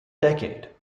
decade